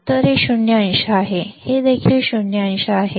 तर हे शून्य अंश आहे हे देखील शून्य अंश आहे